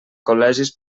col·legis